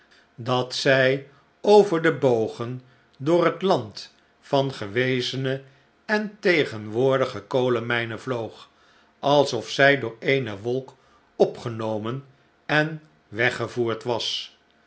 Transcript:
dat zij over de bogen door het land van gewezene en tegenwoordige kolenmijnen vloog alsof zij door eene wolk opgenomen en weggevoerd was